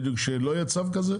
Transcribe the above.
שלא יהיה צו כזה?